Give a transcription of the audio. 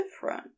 different